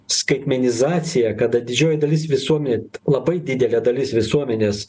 skaitmenizaciją kada didžioji dalis visuomet labai didelė dalis visuomenės